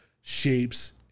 shapes